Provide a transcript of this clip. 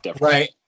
right